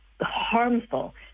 harmful